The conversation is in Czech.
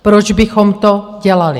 Proč bychom to dělali?